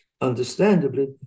Understandably